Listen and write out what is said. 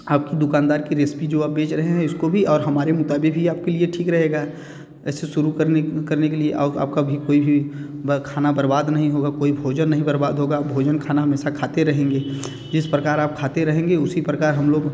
आपकी दुकानदार की रेसिपी जो आप बेच रहे हैं उसको भी और हमारे मुताबिक़ भी आप के लिए ठीक रहेगा वैसे शुरू करने करने लिए और आपका भी कोई भी वह खाना बरबाद नहीं होगा कोई भोजन नहीं बरबाद होगा भोजन खाना हमेशा खाते रहेंगे जिस प्रकार आप खाते रहेंगे उसी प्रकार हम लोग